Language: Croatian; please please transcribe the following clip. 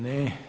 Ne.